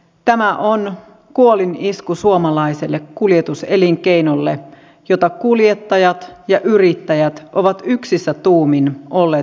tämä on kuolinisku suomalaiselle kuljetuselinkeinolle jota kuljettajat ja yrittäjät ovat yksissä tuumin olleet puolustamassa